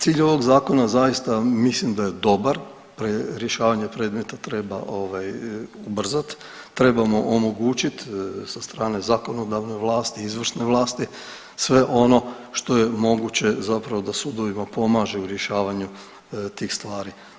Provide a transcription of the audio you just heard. Cilj ovog Zakona zaista mislim da je dobar, rješavanje predmeta treba ovaj ubrzati, treba mu omogućiti sa strane zakonodavne vlasti, izvršne vlasti, sve ono što je moguće zapravo da sudovima pomaže u rješavanju tih stvari.